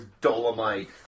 Dolomite